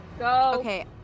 Okay